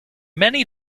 many